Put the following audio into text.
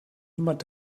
niemand